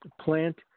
plant